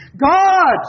God